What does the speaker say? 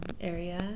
area